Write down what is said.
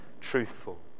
truthful